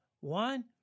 One